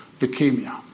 leukemia